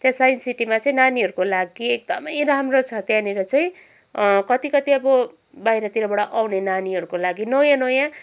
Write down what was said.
त्यहाँ साइन्स सिटीमा चाहिँ नानीहरूको लागि एकदमै राम्रो छ त्यहाँनिर चाहिँ कतिकति अब बाहिरतिरबाट आउने नानीहरूको लागि नयाँ नयाँ